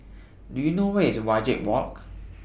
Do YOU know Where IS Wajek Walk